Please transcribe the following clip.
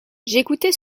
j’écoutais